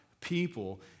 people